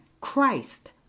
Christ